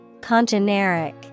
Congeneric